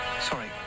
Sorry